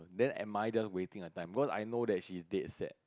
then I might just wasting her time because I know that she's dead set